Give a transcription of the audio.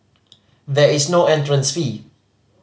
there is no entrance fee